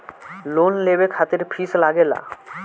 Loan लेवे खातिर fees लागेला?